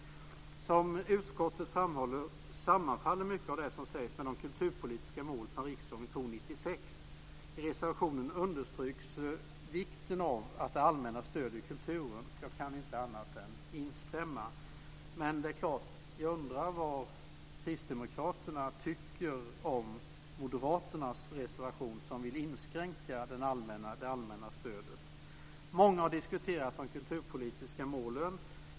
Som utskottet framhåller sammanfaller mycket av det som sägs med de kulturpolitiska mål som riksdagen antog 1996. I reservationen understryks vikten av att det allmänna stöder kulturen. Jag kan inte annat än instämma. Men det är klart att jag undrar vad kristdemokraterna tycker om moderaternas reservation där man vill inskränka det allmänna stödet. Många har diskuterat de kulturpolitiska målen.